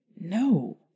No